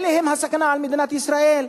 אלה הם הסכנה על מדינת ישראל,